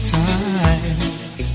tight